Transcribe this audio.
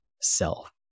self